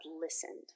listened